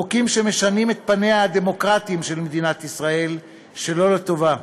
חוקים שמשנים את פניה הדמוקרטיים של מדינת ישראל שלא לטובה.